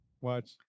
watch